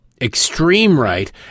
extreme-right